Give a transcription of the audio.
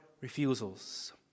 refusals